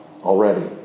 already